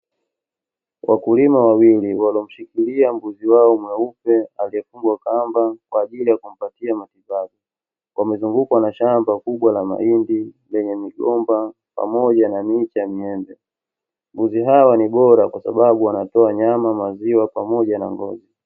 Wakulima wawili wanamshikilia mbuzi wao mweupe aliyefungwa kamba kwa ajili ya kumpatia matibabu. Wamezungukwa na shamba kubwa la mahindi, lenye migomba, pamoja na miti ya miembe. Mbuzi hawa ni bora kwa sababu wanatoa nyama, maziwa, pamoja na ngozi.